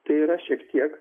tai yra šiek tiek